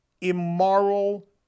immoral